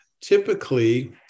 Typically